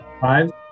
Five